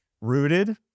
rooted